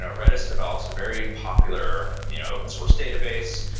ah redis develops a very popular you know open source database.